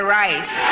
right